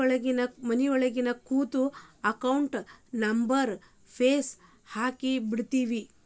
ಮನಿಯೊಳಗ ಕೂತು ಅಕೌಂಟ್ ನಂಬರ್ಗ್ ಫೇಸ್ ಹಾಕಿಬಿಡ್ತಿವಿ